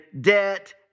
debt